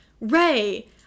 Ray